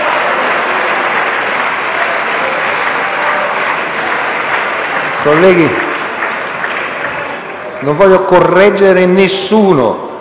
Colleghi, non voglio correggere nessuno,